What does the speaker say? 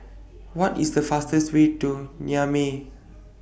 What IS The fastest Way to Niamey